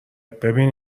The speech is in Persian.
ببین